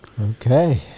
Okay